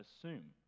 assume